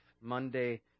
Monday